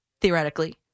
theoretically